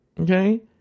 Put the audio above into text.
Okay